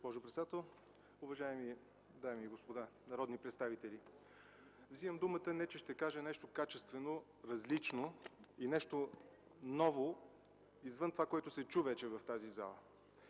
госпожо председател. Уважаеми дами и господа народни представители! Вземам думата, не че ще кажа нещо качествено, различно и нещо ново извън това, което се чу вече в тази зала.